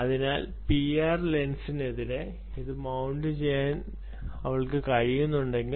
അതിനാൽ പിഐആർ ലെൻസിനെതിരെ ഇത് മൌണ്ട് ചെയ്യാൻ അവൾക്ക് കഴിയുമെങ്കിൽ